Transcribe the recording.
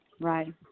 right